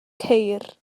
ceir